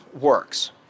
works